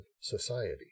society